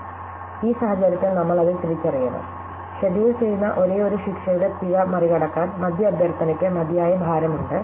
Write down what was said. അതിനാൽ ഈ സാഹചര്യത്തിൽ നമ്മൾ അത് തിരിച്ചറിയണം ഷെഡ്യൂൾ ചെയ്യുന്ന ഒരേയൊരു ശിക്ഷയുടെ പിഴ മറികടക്കാൻ മധ്യ അഭ്യർത്ഥനയ്ക്ക് മതിയായ ഭാരം ഉണ്ട്